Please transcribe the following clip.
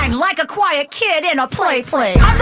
um like a quiet kid in a playplace!